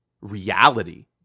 reality